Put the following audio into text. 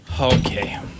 Okay